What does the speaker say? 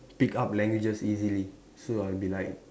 pick up languages easily so I'll be like